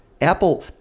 Apple